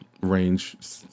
range